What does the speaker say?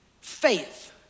Faith